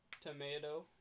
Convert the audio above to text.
Tomato